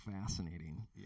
fascinating